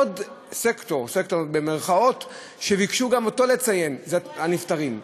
עוד "סקטור" שביקשו גם אותו לציין: אלה הנפטרים.